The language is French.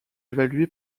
évalué